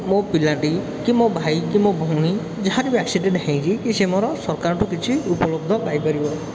ମୋ ପିଲାଟି ମୋ ଭାଇ କି ମୋ ଭଉଣୀ ଯାହାର ବି ଆକ୍ସିଡ଼େଣ୍ଟ୍ ହେଇଛି କି ସେ ମୋର ସରକାରଙ୍କଠୁ କିଛି ଉପଲବ୍ଧ ପାଇପାରିବ